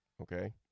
okay